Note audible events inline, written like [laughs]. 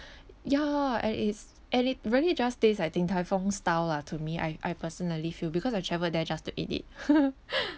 ya and it's and it really just taste like Din Tai Fung style lah to me I I personally feel because I travel there just to eat it [laughs]